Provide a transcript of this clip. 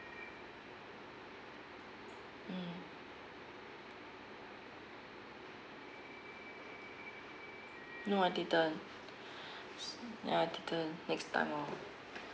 mm no I didn't ya I didn't next time lor